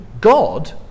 God